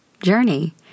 journey